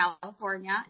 California